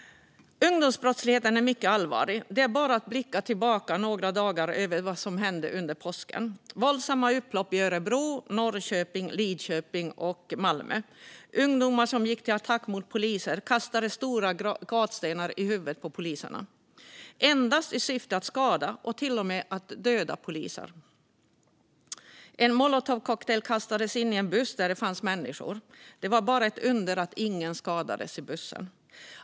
Ungdomsbrottsligheten är mycket allvarlig. Det räcker med att blicka tillbaka några dagar och se vad som hände under påsken. Det var våldsamma upplopp i Örebro, Norrköping, Linköping och Malmö. Ungdomar gick till attack mot poliser och kastade stora gatstenar i huvudet på poliserna endast i syfte att skada eller till och med att döda poliser. En molotovcocktail kastades in i en buss där det fanns människor. Det var ett under att ingen skadades i bussen.